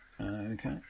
Okay